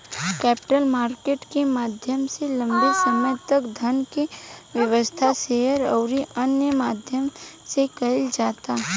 capital market के माध्यम से लंबे समय तक धन के व्यवस्था, शेयर अउरी अन्य माध्यम से कईल जाता